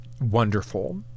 wonderful